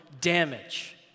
damage